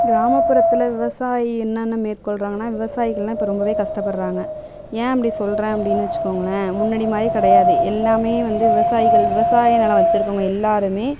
கிராமப்புறத்தில் விவசாயி என்னென்ன மேற்கொள்கிறாங்கன்னா விவசாயிகள்லாம் இப்போ ரொம்ப கஷ்டப்படுகிறாங்க ஏன் அப்படி சொல்றேன் அப்டின்னு வச்சுக்கோங்களேன் முன்னாடி மாதிரி கிடையாது எல்லாம் வந்து விவசாயிகள் விவசாய நிலம் வச்சுருக்கவங்க எல்லோருமே